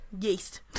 yeast